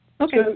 Okay